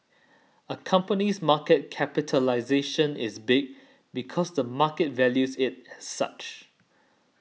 a company's market capitalisation is big because the market values it as such